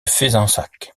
fezensac